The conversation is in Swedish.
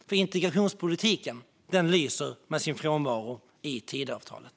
Integrationspolitiken lyser nämligen med sin frånvaro i Tidöavtalet.